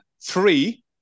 Three